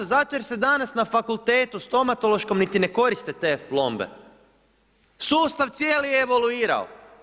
Zato jer se danas na Fakultetu stomatološkom niti ne koriste te plombe, sustav cijeli je evoluirao.